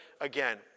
again